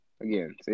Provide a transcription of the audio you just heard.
again